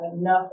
enough